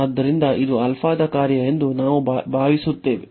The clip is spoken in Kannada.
ಆದ್ದರಿಂದ ಇದು ದ ಕಾರ್ಯ ಎಂದು ನಾವು ಭಾವಿಸುತ್ತೇವೆ